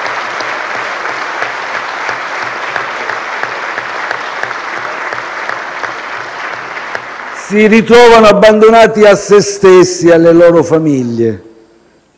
si ritrovano abbandonati a sé stessi e alle loro famiglie.